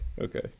Okay